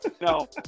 No